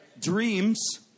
Dreams